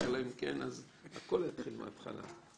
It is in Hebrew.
אני אעבור עכשיו על התיקונים המשמעותיים שנעשו.